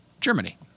Germany